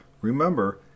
Remember